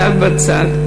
צד בצד,